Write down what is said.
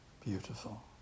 beautiful